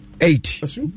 eight